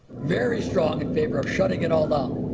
very strong in favor of shutting it all down.